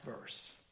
verse